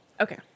Okay